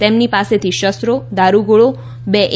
તેમની પાસેથી શસ્ત્રો દારૂગોળો બે એ